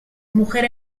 mujer